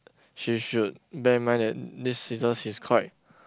she should bear in mind that this scissors is quite